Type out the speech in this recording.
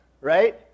right